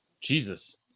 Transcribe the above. Jesus